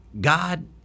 God